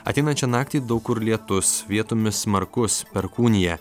ateinančią naktį daug kur lietus vietomis smarkus perkūnija